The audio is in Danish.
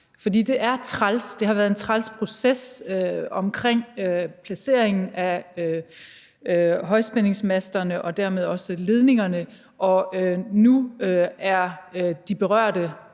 for det er træls, og det har været en træls proces omkring placeringen af højspændingsmasterne og dermed også ledningerne. Og nu er de berørte